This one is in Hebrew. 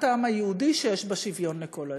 העם היהודי שיש בה שוויון לכל האזרחים,